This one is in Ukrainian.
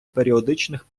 періодичних